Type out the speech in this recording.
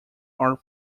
are